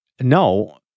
No